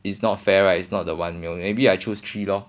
it's not fair right is not the one meal maybe I choose three lor